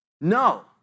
No